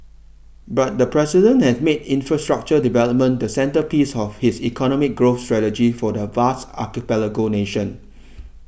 but the president has made infrastructure development the centrepiece of his economic growth strategy for the vast archipelago nation